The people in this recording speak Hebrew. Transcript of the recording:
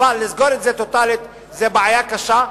אבל לסגור את זה טוטלית זו בעיה קשה,